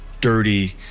dirty